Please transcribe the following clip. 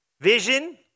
Vision